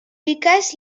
piques